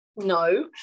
no